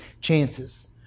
chances